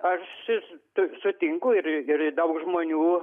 aš sutinku ir ir daug žmonių